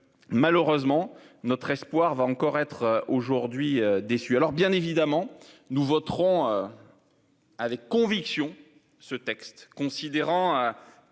Malheureusement notre espoir va encore être aujourd'hui déçu. Alors bien évidemment, nous voterons. Avec conviction ce texte considérant.